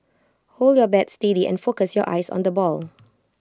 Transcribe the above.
hold your bat steady and focus your eyes on the ball